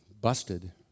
busted